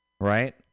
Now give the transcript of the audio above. right